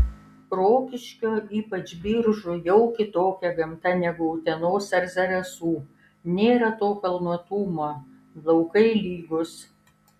rokiškio ypač biržų jau kitokia gamta negu utenos ar zarasų nėra to kalnuotumo laukai lygūs